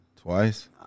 Twice